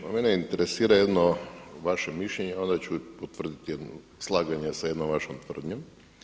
Pa mene interesira jedno vaše mišljenje, onda ću potvrditi slaganje sa jednom vašom tvrdnjom.